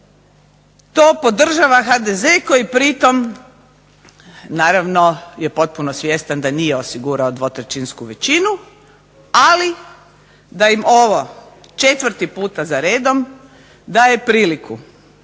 to podržava HDZ koji pritom naravno je potpuno svjestan da nije osigurao dvotrećinsku većinu, ali da im ovo četvrti puta zaredom daje priliku